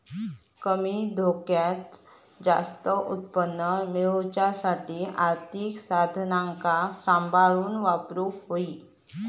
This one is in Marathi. कमी धोक्यात जास्त उत्पन्न मेळवच्यासाठी आर्थिक साधनांका सांभाळून वापरूक होई